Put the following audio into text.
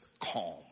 calm